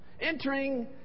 Entering